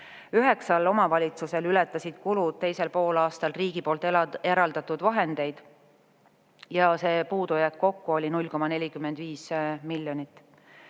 Üheksal omavalitsusel ületasid kulud teisel poolaastal riigi poolt eraldatud vahendeid ja see puudujääk kokku oli 0,45 miljonit